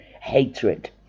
hatred